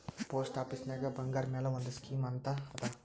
post ಆಫೀಸ್ನಾಗ್ ಬಂಗಾರ್ ಮ್ಯಾಲ ಒಂದ್ ಸ್ಕೀಮ್ ಅಂತ್ ಅದಾ